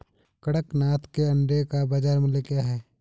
कड़कनाथ के अंडे का बाज़ार मूल्य क्या है?